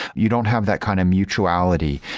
you don't have that kind of mutuality.